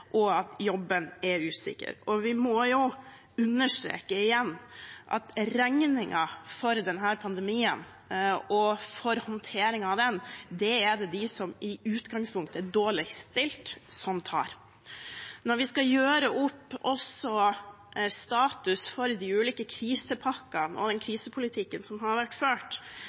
jobben er usikker. Og vi må understreke igjen at regningen for denne pandemien og for håndteringen av den er det de som i utgangspunktet er dårligst stilt, som tar. Når vi skal gjøre opp status for de ulike krisepakkene og den krisepolitikken som har vært ført,